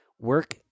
work